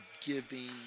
giving